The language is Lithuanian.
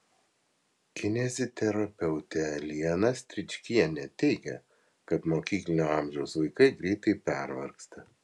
kineziterapeutė liana stričkienė teigia kad mokyklinio amžiaus vaikai greitai pervargsta